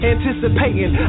Anticipating